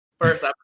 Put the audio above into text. first